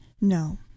No